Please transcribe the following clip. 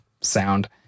sound